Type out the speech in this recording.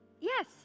Yes